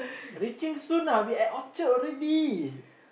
reaching soon ah we at Orchard already